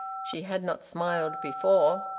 she had not smiled before.